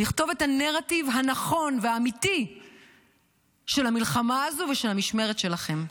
לכתוב את הנרטיב הנכון והאמיתי של המלחמה הזו ושל המשמרת שלכם.